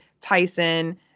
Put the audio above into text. Tyson